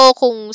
kung